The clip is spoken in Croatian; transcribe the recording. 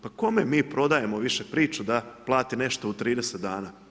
Pa kome mi prodajemo više priču da plati nešto u 30 dana.